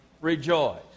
rejoice